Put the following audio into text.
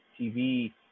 TV